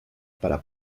para